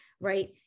right